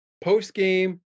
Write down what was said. post-game